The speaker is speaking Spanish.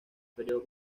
período